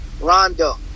Rondo